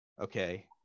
okay